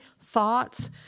thoughts